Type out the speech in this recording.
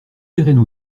diraient